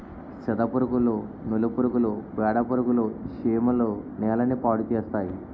సెదపురుగులు నూలు పురుగులు పేడపురుగులు చీమలు నేలని పాడుచేస్తాయి